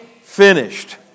finished